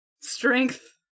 strength